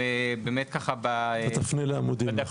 רק תפנה לעמודים.